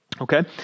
Okay